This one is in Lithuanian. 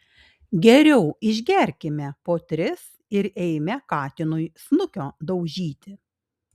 geriau išgerkime po tris ir eime katinui snukio daužyti